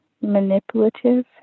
manipulative